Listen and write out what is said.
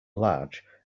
large